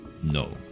No